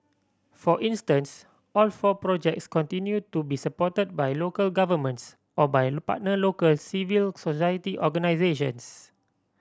for instance all four projects continue to be supported by local governments or by partner local civil society organisations